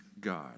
God